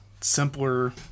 simpler